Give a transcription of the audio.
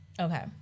Okay